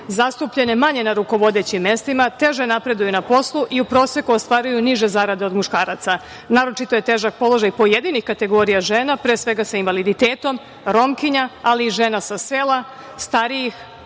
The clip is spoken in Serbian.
zastupljene manje na rukovodećim mestima, teže napreduju na poslu i u proseku ostvaruju niže zarade od muškaraca. Naročito je težak položaj pojedinih kategorija žena, pre svega sa invaliditetom, Romkinja, ali i žena sa sela, starijih,